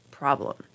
Problem